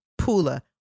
Pula